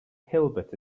hilbert